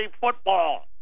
football